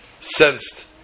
sensed